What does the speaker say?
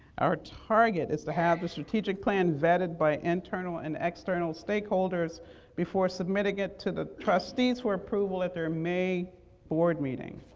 our target is to have the strategic plan vetted by internal and external stakeholders before submitting it to the trustees for approval at their may board meeting.